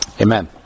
Amen